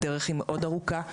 הדרך היא מאוד ארוכה.